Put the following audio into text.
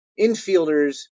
infielders